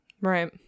Right